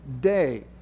day